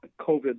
COVID